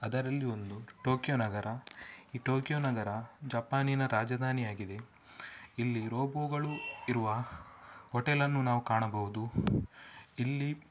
ಅದರಲ್ಲಿ ಒಂದು ಟೋಕಿಯೋ ನಗರ ಈ ಟೋಕಿಯೋ ನಗರ ಜಪಾನಿನ ರಾಜಧಾನಿಯಾಗಿದೆ ಇಲ್ಲಿ ರೋಬೋಗಳು ಇರುವ ಹೊಟೇಲನ್ನು ನಾವು ಕಾಣಬಹುದು ಇಲ್ಲಿ